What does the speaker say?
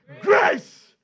Grace